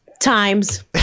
times